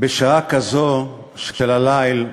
בשעה כזו של הליל,